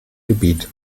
gebiet